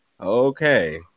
Okay